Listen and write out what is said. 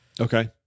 Okay